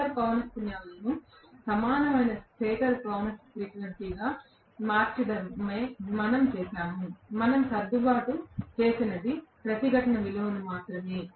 rotor పౌనఃపున్యాలను సమానమైన stator ఫ్రీక్వెన్సీగా మార్చడమే మనం చేసాము మనం సర్దుబాటు చేసినది ప్రతిఘటన విలువ మాత్రమే